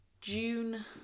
june